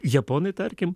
japonai tarkim